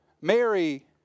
Mary